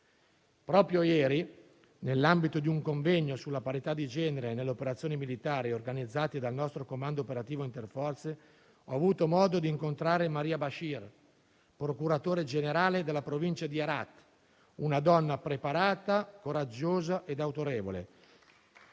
Proprio ieri, nell'ambito di un convegno sulla parità di genere nelle operazioni militari organizzate dal nostro comando operativo interforze, ho avuto modo di incontrare Maria Bashir, procuratore generale della Provincia di Herat, una donna preparata, coraggiosa ed autorevole